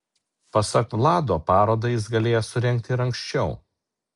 pasak vlado parodą jis galėjęs surengti ir anksčiau